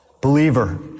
Believer